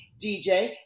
DJ